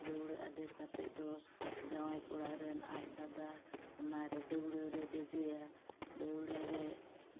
ᱫᱟᱹᱣᱲᱟᱹ ᱟᱫᱮᱨ ᱠᱟᱛᱮᱫ ᱫᱚ ᱡᱟᱶᱟᱭ ᱠᱚᱲᱟ ᱨᱮᱱ ᱟᱡ ᱫᱟᱫᱟ ᱚᱱᱟᱨᱮ ᱫᱟᱹᱣᱲᱟᱹ ᱨᱮ ᱫᱮᱡᱮᱭᱟ ᱫᱟᱹᱣᱲᱟᱹ ᱨᱮ